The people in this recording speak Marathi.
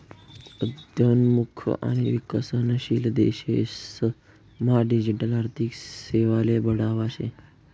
उद्योन्मुख आणि विकसनशील देशेस मा डिजिटल आर्थिक सेवाले बढावा शे